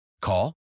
Call